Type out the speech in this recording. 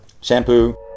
shampoo